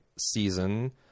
season